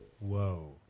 whoa